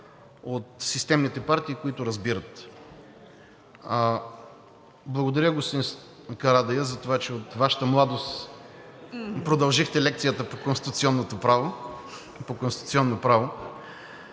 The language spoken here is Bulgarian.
от системните партии, които разбират. Благодаря Ви, господин Карадайъ, за това, че от Вашата младост продължихте лекцията по конституционно право.